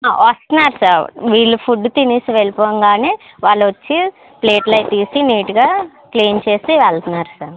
ఆ వస్తున్నారు సార్ వీళ్ళు ఫుడ్ తినేసి వెళ్ళిపోంగానే వాళ్ళు వచ్చి ప్లేట్లు అవి తీసి నీట్గా క్లీన్ చేసి వెళ్తున్నారు సార్